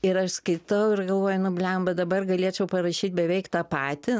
ir aš skaitau ir galvoju nu blemba dabar galėčiau parašyt beveik tą patį